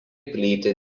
plyti